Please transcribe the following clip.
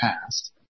past